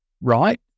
right